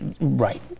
Right